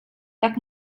tak